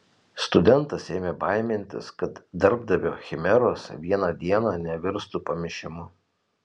studentas ėmė baimintis kad darbdavio chimeros vieną dieną nevirstų pamišimu